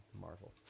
Marvel